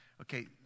Okay